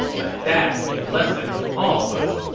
let that be a lesson to all of us.